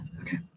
Okay